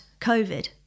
covid